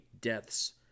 deaths